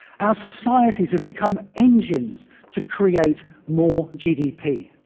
our societies have become engines to create more gdp.